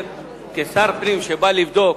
שר הפנים שבא לבדוק,